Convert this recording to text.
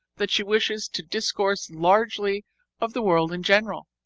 that she wishes to discourse largely of the world in general,